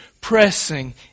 pressing